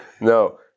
No